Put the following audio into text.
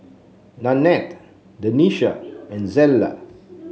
Nanette Denisha and Zella